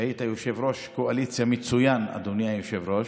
כשהיית יושב-ראש קואליציה מצוין, אדוני היושב-ראש.